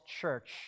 church